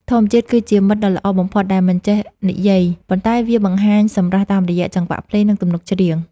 ធម្មជាតិគឺជាមិត្តដ៏ល្អបំផុតដែលមិនចេះនិយាយ ប៉ុន្តែវាបង្ហាញសម្រស់តាមរយៈចង្វាក់ភ្លេង និងទំនុកច្រៀង។